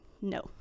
no